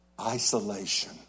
Isolation